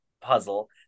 puzzle